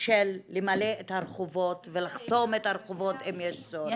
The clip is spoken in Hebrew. של למלא את הרחובות ולחסום את הרחובות אם יש צורך.